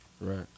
Right